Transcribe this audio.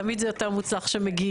תמיד זה יותר מוצלח כשמגיעים.